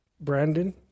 Brandon